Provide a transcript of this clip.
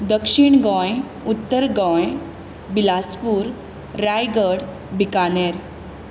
दक्षिण गोंय उत्तर गोंय बिलासपूर रायगड भिकानेर